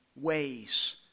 ways